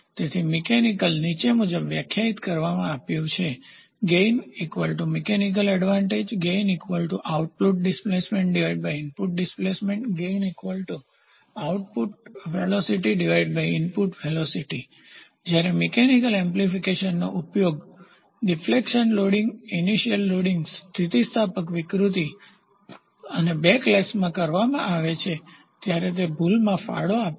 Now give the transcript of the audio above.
તેથી મિકેનિકલયાંત્રિકનીચે મુજબ વ્યાખ્યાયિત કરવામાં આવ્યું છે gain mechanical advantage gain output displacement input displacement gain output velocity input velocity જ્યારે મિકેનિકલ એમ્પ્લીફિકેશનનો ઉપયોગ ફિકશનલ લોડિંગ ઇનીર્શીયલ લોડિંગ સ્થિતિસ્થાપક વિકૃતિ અને બેકલેશસમાં કરવામાં આવે છે ત્યારે તે ભૂલમાં ફાળો આપે છે